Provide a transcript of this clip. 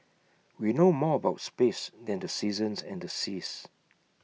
we know more about space than the seasons and the seas